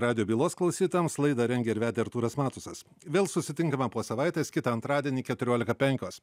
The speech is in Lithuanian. radijo bylos klausytojams laidą rengė ir vedė artūras matusas vėl susitinkame po savaitės kitą antradienį keturiolika penkios